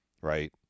right